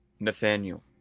Nathaniel